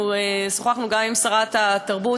שוחחנו גם עם שרת התרבות.